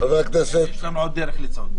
יש לנו עוד דרך לצעוד.